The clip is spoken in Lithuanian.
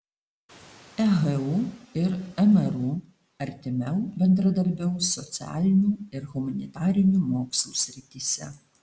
ehu ir mru artimiau bendradarbiaus socialinių ir humanitarinių mokslų srityse